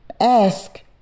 ask